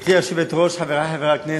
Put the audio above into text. גברתי היושבת-ראש, חברי חברי הכנסת,